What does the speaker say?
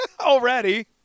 Already